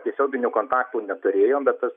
tiesioginių kontaktų neturėjom bet tas